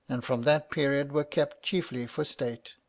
and from that period were kept chiefly for state